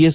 S